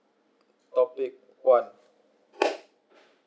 topic one